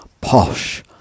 posh